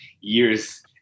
years